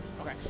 Okay